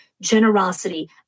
generosity